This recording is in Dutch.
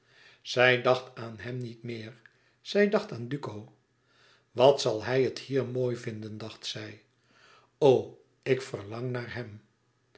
zij dacht aan hem niet meer zij dacht aan duco wat zal hij het hier mooi vinden dacht zij o ik verlang naar hem